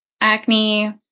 acne